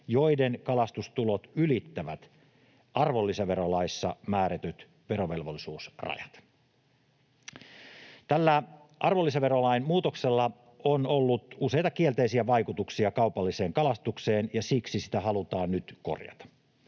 joiden kalastustulot ylittävät arvonlisäverolaissa määrätyt verovelvollisuusrajat. Tällä arvonlisäverolain muutoksella on ollut useita kielteisiä vaikutuksia kaupalliseen kalastukseen, ja siksi sitä halutaan nyt korjata.